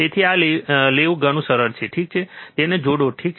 તેથી આ લેવું વધુ સરળ છે ઠીક છે તેને જોડો ઠીક છે